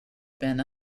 been